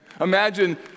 Imagine